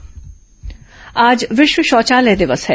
विश्व शौचालय दिवस आज विश्व शौचालय दिवस है